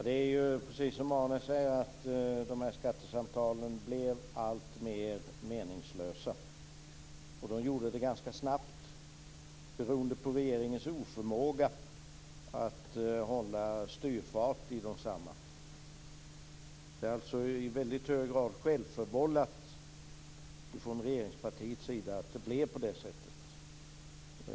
Fru talman! Precis som Arne säger blev skattesamtalen alltmer meningslösa, och det blev de ganska snabbt beroende på regeringens oförmåga att hålla styrfart i desamma. Det är alltså i väldigt hög grad självförvållat från regeringspartiets sida att det blev på det sättet.